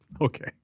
okay